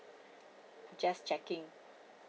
just checking